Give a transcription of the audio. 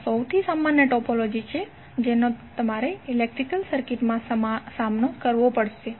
તો આ સૌથી સામાન્ય ટોપોલોજી છે જેનો તમારે ઇલેક્ટ્રિકલ સર્કિટ્સમાં સામનો કરવો પડશે